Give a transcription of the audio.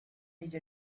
age